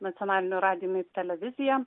nacionaliniu radijumi ir televizija